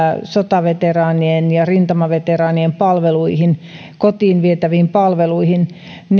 sotaveteraanien ja rintamaveteraanien kotiin vietäviin palveluihin